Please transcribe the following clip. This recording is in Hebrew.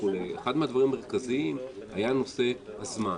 אחד הדברים המרכזיים היה נושא הזמן.